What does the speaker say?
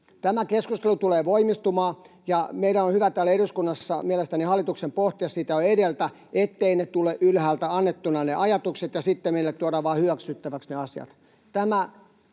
Tämä keskustelu tulee voimistumaan, ja meillä on hyvä täällä eduskunnassa mielestäni hallituksen pohtia sitä jo edeltä, etteivät ne ajatukset tule ylhäältä annettuina ja sitten meille tuodaan vain hyväksyttäviksi ne asiat.